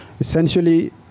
Essentially